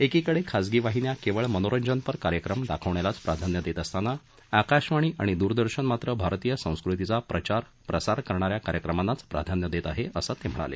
एकीकडे खाजगी वाहिन्या केवळ मनोरंजनपर कार्यक्रम दाखवण्यालाच प्राधान्य देत असताना आकाशवाणी आणि दूरदर्शन मात्र भारतीय संस्कृतीचा प्रचार प्रसार करणाऱ्या कार्यक्रमांनाच प्राधान्य देत आहे असं त्यांनी सांगितलं